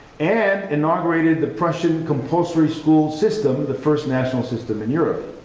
and inaugurated the prussian compulsory school system, the first national system in europe.